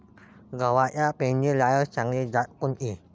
गव्हाची पेरनीलायक चांगली जात कोनची?